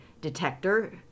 detector